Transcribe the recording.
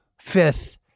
fifth